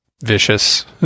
vicious